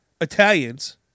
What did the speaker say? Italians